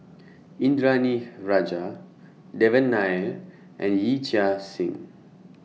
Indranee Rajah Devan Nair and Yee Chia Hsing